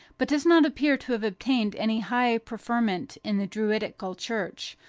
but does not appear to have obtained any high preferment in the druidical church,